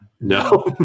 No